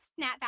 Snapback